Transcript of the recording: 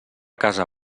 casa